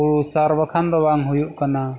ᱦᱩᱲᱩ ᱥᱟᱨ ᱵᱟᱠᱷᱟᱱ ᱫᱚ ᱵᱟᱝ ᱦᱩᱭᱩᱜ ᱠᱟᱱᱟ